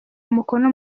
umukono